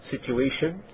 situation